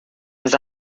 was